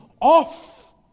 off